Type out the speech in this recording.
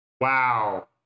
Wow